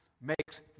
makes